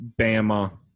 Bama